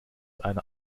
einer